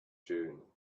dune